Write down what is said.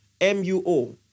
M-U-O